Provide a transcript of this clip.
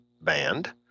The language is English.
band